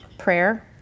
prayer